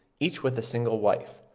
each with a single wife,